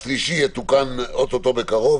השלישי יתוקן או-טו-טו בקרוב,